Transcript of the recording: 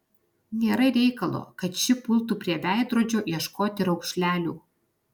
nėra reikalo kad ši pultų prie veidrodžio ieškoti raukšlelių